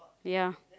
yeah